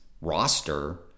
roster